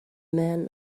men